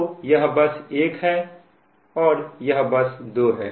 तो यह बस 1 और बस 2 है